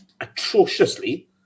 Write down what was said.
atrociously